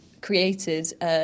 created